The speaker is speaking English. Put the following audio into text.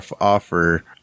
offer